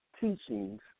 teachings